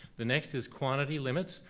the next is quantity limits.